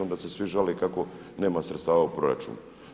Onda se svi žale kako nema sredstava u proračunu.